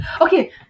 okay